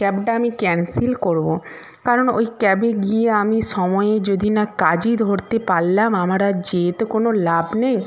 ক্যাবটা আমি ক্যানসেল করব কারণ ওই ক্যাবে গিয়ে আমি সময়ে যদি না কাজই ধরতে পারলাম আমার আর যেয়ে তো কোনো লাভ নেই